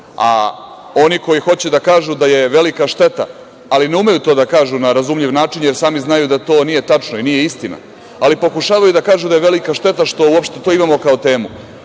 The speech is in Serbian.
a oni koji hoće da kažu da je velika šteta, ali ne umeju to da kažu na razumljiv način, jer sami znaju da to nije tačno i nije istina, ali pokušavaju da kažu da je velika šteta što uopšte to imamo kao temu,